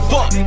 Fuck